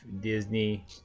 Disney